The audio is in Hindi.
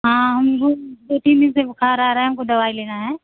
हाँ हम दो तीन दिन से बुखार आ रहा है हमको दवाई लेना हैं